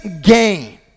gain